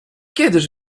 kiedyż